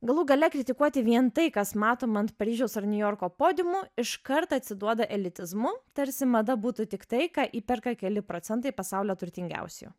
galų gale kritikuoti vien tai kas matoma ant paryžiaus ar niujorko podiumų iškart atsiduoda elitizmu tarsi mada būtų tik tai ką įperka keli procentai pasaulio turtingiausiųjų